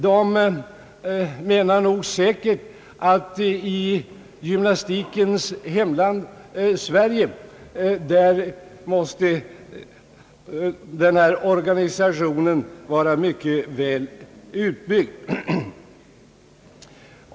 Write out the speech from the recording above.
Utlänningen skulle säkerligen mena att denna organisation i gymnastikens hemland Sverige måste vara mycket väl utbyggd.